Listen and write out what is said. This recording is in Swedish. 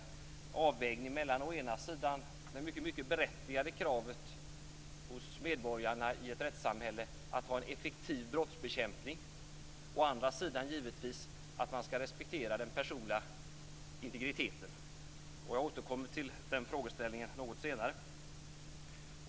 Det gäller en avvägning mellan å ena sidan det mycket berättigade kravet hos medborgarna i ett rättssamhälle på att man skall ha en effektiv brottsbekämpning och å andra sidan kravet på respekt för den personliga integriteten. Jag återkommer till den frågeställningen något senare.